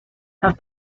have